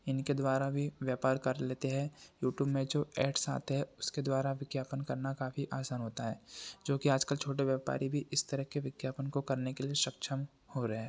इनके द्वारा भी व्यापार कर लेते है यूटूब में जो ऐड्स आते है उसके द्वारा विज्ञापन करना काफ़ी आसान होता है जोकि आजकल छोटे व्यापारी भी इस तरह के विज्ञापन को करने के लिए सक्षम हो रहे है